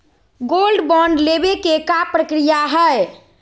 Gold bond लेवे के का प्रक्रिया हई?